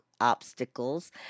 obstacles